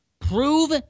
prove